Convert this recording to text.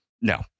No